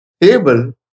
Table